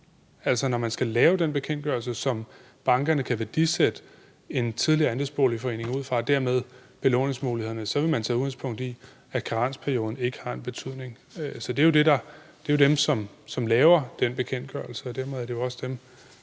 Altså, når man skal lave den bekendtgørelse, som bankerne kan værdisætte en tidligere andelsboligforening ud fra og dermed belåningsmulighederne, så vil man tage udgangspunkt i, at karensperioden ikke har en betydning. Så det er dem, som laver den bekendtgørelse, og dermed er det jo også dem,